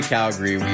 Calgary